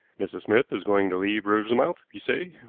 mrs. smith is going to leave riversmouth, you say?